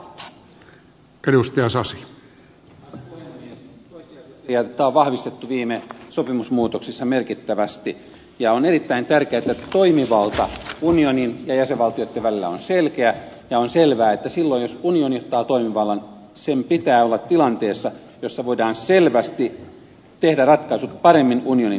toissijaisuusperiaatetta on vahvistettu viime sopimusmuutoksissa merkittävästi ja on erittäin tärkeätä että toimivalta unionin ja jäsenvaltioitten välillä on selkeä ja on selvää että silloin jos unioni ottaa toimivallan sen pitää olla tilanteessa jossa voidaan selvästi tehdä ratkaisut paremmin unionin tasolla